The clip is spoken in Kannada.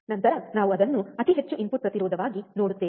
ನಂತರ ನಾವು ಅದನ್ನು ಅತಿ ಹೆಚ್ಚು ಇನ್ಪುಟ್ ಪ್ರತಿರೋಧವಾಗಿ ನೋಡುತ್ತೇವೆ